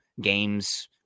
games